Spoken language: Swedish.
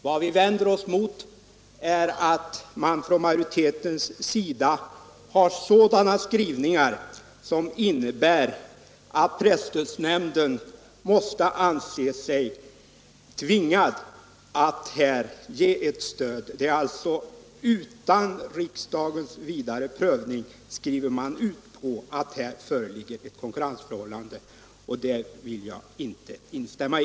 Vad vi vänder oss emot är att utskottsmajoritetens skrivning innebär att presstödsnämnden måste anse sig tvingad att här ge ett stöd. Utan att riksdagen har prövat den frågan skriver utskottsmajoriteten att det här föreligger ett konkurrensförhållande. Det vill jag inte instämma i.